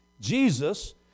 Jesus